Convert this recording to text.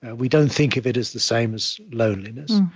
and we don't think of it as the same as loneliness,